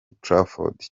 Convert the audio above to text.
trafford